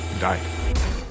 died